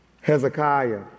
Hezekiah